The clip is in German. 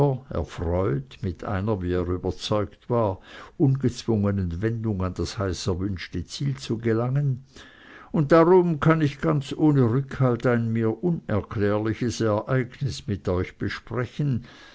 erfreut mit einer wie er überzeugt war ungezwungenen wendung an das heiß erwünschte ziel zu gelangen und darum kann ich ganz ohne rückhalt ein mir unerklärliches ereignis mit euch besprechen